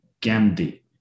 Gandhi